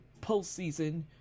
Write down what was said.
postseason